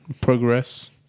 Progress